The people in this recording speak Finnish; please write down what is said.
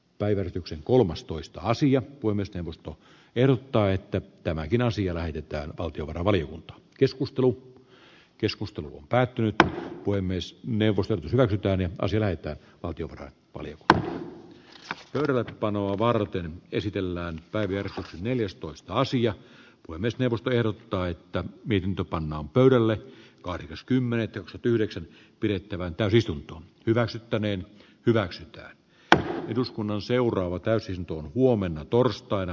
päivyri tykset kolmastoista asian puimista johto ehdottaa että tämäkin asia lähetetään valtiovarainvaliokuntaan keskustelu keskusteluun päätynyttä puhemies katsoo meidän asuntokantaamme milloin ne on kiva oli revetä panoa varten esitellään päivi lahti neljästoista sija olemisperustajilta että mitenkö pannaan pöydälle kahdeskymmenes yhdeksättä pidettävään täysistunto hyväksyttäneen hyväksyttyä että eduskunnan seuraava täysin tuon huomenna torstaina